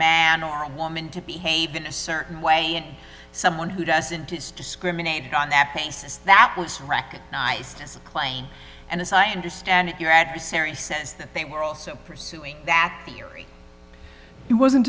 man or woman to behave in a certain way and someone who doesn't is discriminated on that basis that was recognized as plain and as i understand it your adversary says that they were also pursuing that theory it wasn't